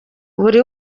buri